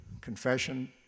confession